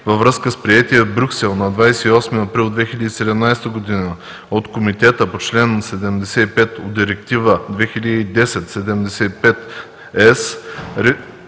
във връзка с приетия в Брюксел на 28 април 2017 г. от Комитета по чл. 75 от Директива 2010/75ЕС